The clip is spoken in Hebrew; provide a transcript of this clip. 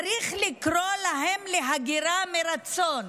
צריך לקרוא להם להגירה מרצון,